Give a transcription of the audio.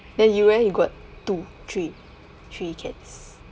then you eh you got two three three cats